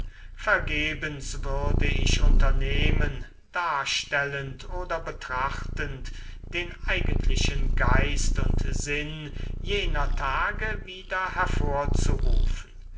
vergebens würde ich unternehmen darstellend oder betrachtend den eigentlichen geist und sinn jener tage wieder hervorzurufen